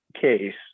case